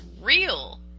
real